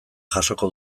jasoko